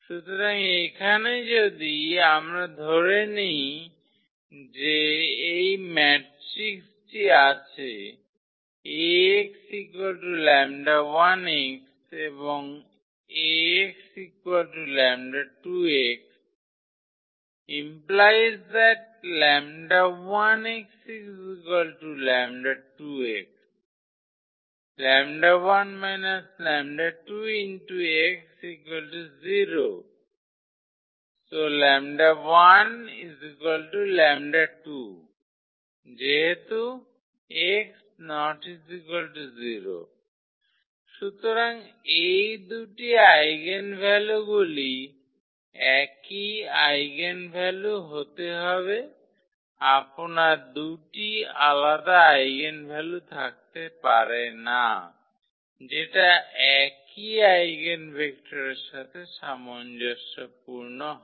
সুতরাং এখানে যদি আমরা ধরে নিই যে এই ম্যাট্রিক্সটি আছে 𝐴𝑥 𝜆1 𝑥 𝐴𝑥 𝜆2 𝑥 ⇒ 𝜆1 𝑥 𝜆2𝑥 ⇒ 𝜆1 − 𝜆2𝑥 0 ⇒ 𝜆1 𝜆2 যেহেতু 𝑥 ≠ 0 সুতরাং এই দুটি আইগেনভ্যালুগুলি একই আইগেনভ্যালু হতে হবে আপনার 2 টি আলাদা আইগেনভ্যালু থাকতে পারে না যেটা একই আইগেনভেক্টরের সাথে সামঞ্জস্যপূর্ণ হয়